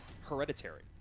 Hereditary